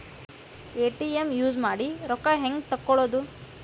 ATM use ಮಾಡಿ ರೊಕ್ಕ ಹೆಂಗೆ ತಕ್ಕೊಳೋದು?